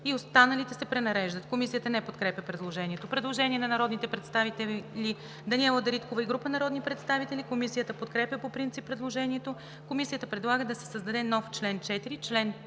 и останалите се пренареждат.“ Комисията не подкрепя предложението. Предложение от народния представител Даниела Дариткова и група народни представители. Комисията подкрепя по принцип предложението. Комисията предлага да се създаде нов чл. 4: „Чл. 4.